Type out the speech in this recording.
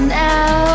now